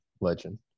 legend